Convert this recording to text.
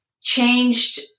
changed